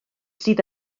sydd